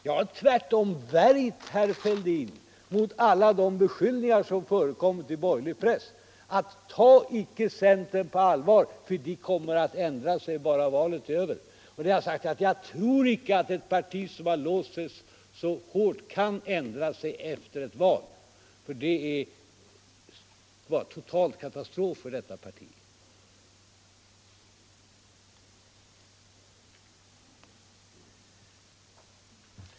Jag har tvärtom värjt honom mot alla de beskyllningar som förekommit i borgerlig press, där man sagt: Ta icke centern på allvar, för centern kommer att ändra sig bara valet är över. Jag har sagt, att jag inte tror att ett parti som har låst sig så hårt kan ändra sig efter ett val. Det vore en total katastrof för detta parti.